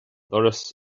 doras